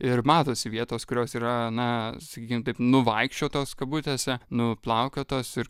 ir matosi vietos kurios yra na sakykim taip nuvaikščiotos kabutėse nuplaukiotos ir